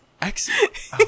Excellent